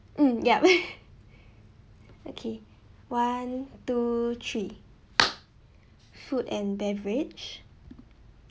hmm yup okay one two three food and beverage